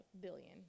billion